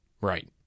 Right